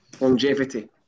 longevity